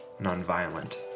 nonviolent